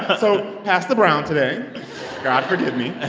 so pastor brown today god forgive me.